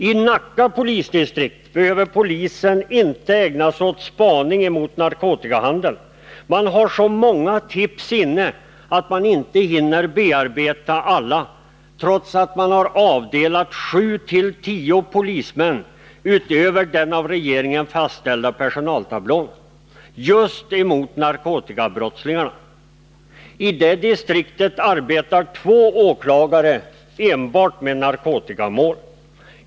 I Nacka polisdistrikt behöver polisen inte ägna sig åt spaning när det gäller narkotikahandeln — man har så många tips inne att man inte hinner bearbeta alla, trots att man har avdelat sju-tio polismän utöver den av regeringen fastställda personaltablån just för att bekämpa narkotikabrottslingarna. I det distriktet arbetar två åklagare enbart med narkotikamål.